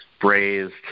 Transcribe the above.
braised